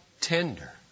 tender